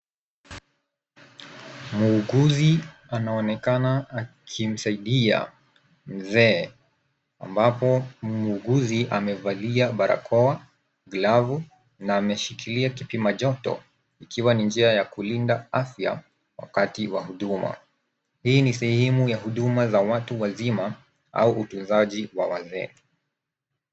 Mwuguzi anaonekana akimsaidia mzee ambapo mwuguzi amevalia barakoa, glavu na ameshikilia kipimajoto ikiwa ni njia ya kulinda afya wakati wa huduma. Hii ni sehemu za huduma za watu wazima au utunzaji wa wazee.